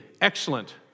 excellent